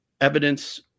evidence